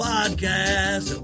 Podcast